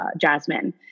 Jasmine